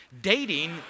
Dating